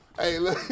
Hey